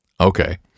Okay